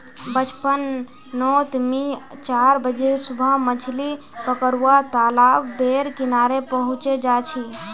बचपन नोत मि चार बजे सुबह मछली पकरुवा तालाब बेर किनारे पहुचे जा छी